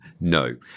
No